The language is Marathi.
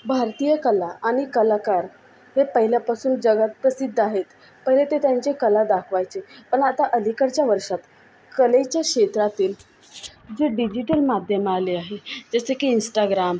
भारतीय कला आणि कलाकार हे पहिल्यापासून जगात प्रसिद्ध आहेत पहिले ते त्यांची कला दाखवायचे पण आता अलीकडच्या वर्षात कलेचे क्षेत्रातील जे डिजिटल माध्यमं आले आहे जसं की इंस्टाग्राम